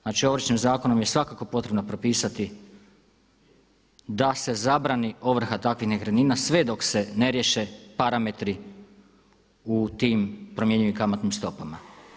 Znači, Ovršnim zakonom je svakako potrebno propisati da se zabrani ovrha takvih nekretnina sve dok se ne riješe parametri u tim promjenjivim kamatnim stopama.